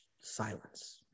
Silence